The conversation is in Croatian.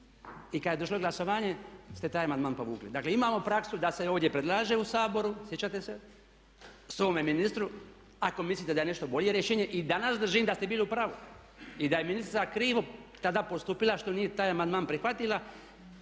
I kad je došlo glasovanje ste taj amandman povukli. Dakle, imamo praksu da se ovdje predlaže u Saboru, sjećate se, svome ministru ako mislite da je nešto bolje rješenje i danas držim da ste bili u pravu i da je ministrica krivo tada postupila što nije taj amandman prihvatila.